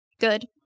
good